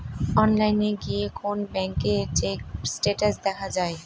অনলাইনে গিয়ে কোন ব্যাঙ্কের চেক স্টেটাস দেখা যায়